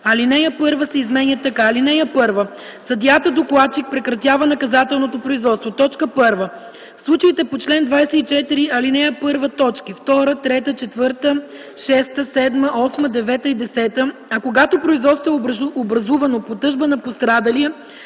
Алинея 1 се изменя така: „(1) Съдията-докладчик прекратява наказателното производство: 1. в случаите по чл. 24, ал. 1, т. 2, 3, 4, 6, 7, 8, 9 и 10, а когато производството е образувано по тъжба на пострадалия